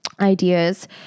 ideas